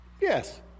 yes